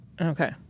Okay